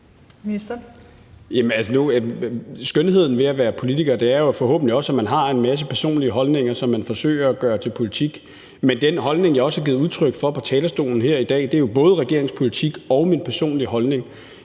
Skønheden ved at være politiker er forhåbentlig også, at man har en masse personlige holdninger, som man forsøger at gøre til politik. Men den holdning, jeg også har givet udtryk for på talerstolen her i dag, er jo både regeringens politik og min personlige holdning.